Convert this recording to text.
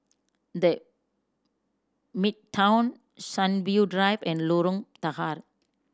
The Midtown Sunview Drive and Lorong Tahar